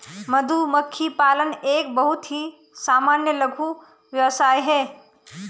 मधुमक्खी पालन एक बहुत ही सामान्य लघु व्यवसाय है